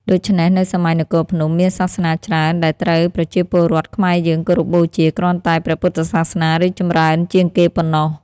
ដូច្នេះនៅសម័យនគរភ្នំ មានសាសនាច្រើនដែលត្រូវប្រជាពលរដ្ឋខ្មែរយើង គោរពបូជាគ្រាន់តែព្រះពុទ្ធសាសនារីកចម្រើនជាងគេប៉ុណ្ណោះ ។